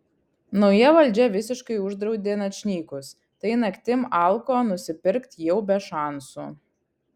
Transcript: nauja valdžia visiškai uždraudė načnykus tai naktim alko nusipirkt jau be šansų